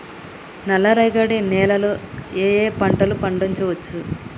నల్లరేగడి నేల లో ఏ ఏ పంట లు పండించచ్చు?